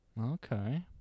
Okay